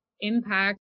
impact